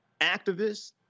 activists